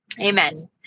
Amen